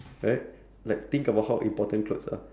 right like think about how important clothes are